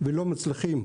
ולא מצליחים.